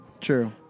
True